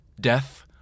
Death